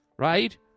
Right